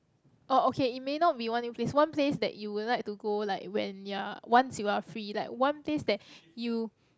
orh okay it may not be one new place one place that you would like to go like when you're once you're like free like one place that you